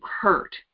hurt